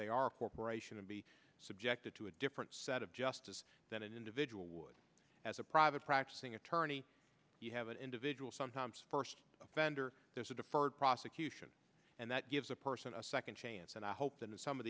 they are a corporation and be subjected to a different set of justice than an individual would as a private practicing attorney you have an individual sometimes first offender there's a deferred prosecution and that gives a person a second chance and i hope that in some of